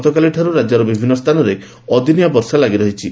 ଗତକାଲିଠାରୁ ରାକ୍ୟର ବିଭିନ୍ନ ସ୍ଥାନରେ ଅଦିନିଆ ବର୍ଷା ଲାଗି ରହିଛି